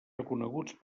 reconeguts